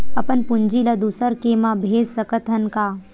अपन पूंजी ला दुसर के मा भेज सकत हन का?